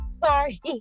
sorry